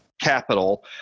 capital